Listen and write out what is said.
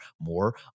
more